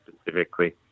specifically